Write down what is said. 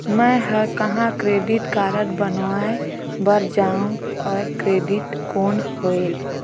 मैं ह कहाँ क्रेडिट कारड बनवाय बार जाओ? और क्रेडिट कौन होएल??